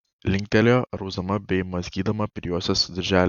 linktelėjo rausdama bei mazgydama prijuostės dirželį